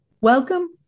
Welcome